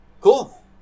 Cool